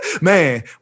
Man